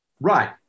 Right